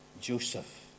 Joseph